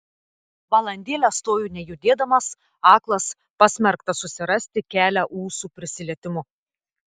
valandėlę stoviu nejudėdamas aklas pasmerktas susirasti kelią ūsų prisilietimu